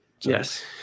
yes